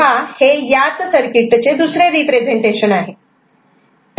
तेव्हा हे याच सर्किटचे दुसरे रिप्रेझेंटेशन आहे